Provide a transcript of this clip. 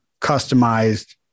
customized